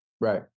Right